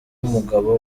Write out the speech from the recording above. mugabo